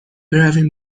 برویم